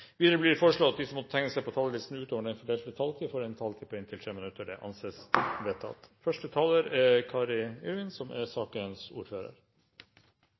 Videre blir det foreslått at de som måtte tegne seg på talerlisten utover den fordelte taletid, får en taletid på inntil 3 minutter. – Det anses vedtatt. Stortinget skal nå behandle et forslag som